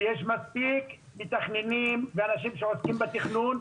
שיש מספיק מתכננים ואנשים שעוסקים בתכנון.